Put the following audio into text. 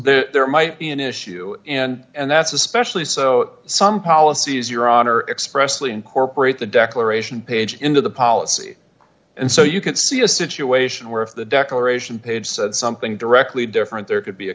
i'm there might be an issue and that's especially so some policies your honor expressly incorporate the declaration page into the policy and so you can see a situation where if the declaration page said something directly different there could be a